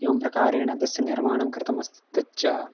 एवं प्रकारेण तस्य निर्माणं कृतमस्ति तच्च